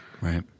right